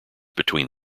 between